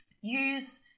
Use